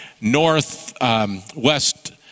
northwest